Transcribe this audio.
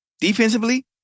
defensively